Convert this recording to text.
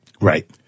Right